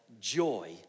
joy